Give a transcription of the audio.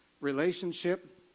Relationship